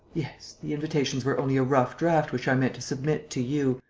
yes, the invitations were only a rough draft which i meant to submit to you.